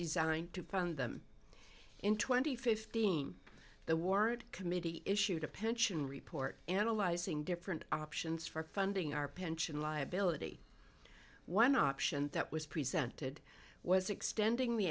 designed to pound them in twenty fifteen the ward committee issued a pension report analyzing different options for funding our pension liability one option that was presented was extending the